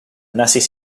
nazis